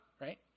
right